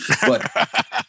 But-